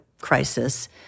crisis